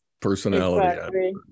personality